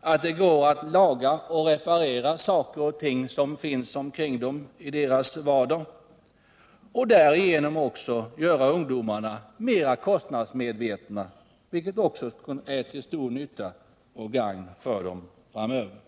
att det går att laga och reparera saker och ting som finns omkring dem i deras vardag och att därigenom göra ungdomarna mer kostnadsmedvetna, något som också är till nytta och gagn för dem framöver.